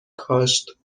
کاشت